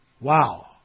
Wow